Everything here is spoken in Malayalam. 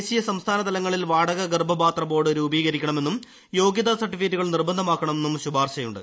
ദേശീയ സംസ്ഥാന തലങ്ങളിൽ വാടക ഗർഭപാത്ര ബോർഡ് രൂപീകരിക്കണമെന്നും യോഗ്യതാ സർട്ടിഫിക്കറ്റുകൾ നിർബന്ധമാക്കണമെന്നും ശുപാർശയുണ്ട്